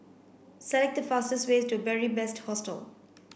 select the fastest way to Beary Best Hostel